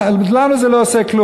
לנו זה לא עושה כלום,